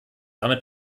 damit